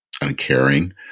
uncaring